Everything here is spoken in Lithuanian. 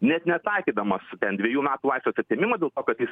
net netaikydamas ten dvejų metų laisvės atėmimą dėl to kad jis